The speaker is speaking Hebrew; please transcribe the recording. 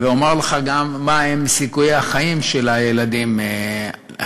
ואומר לך גם מה הם סיכויי החיים של הילדים האלה.